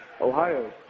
Ohio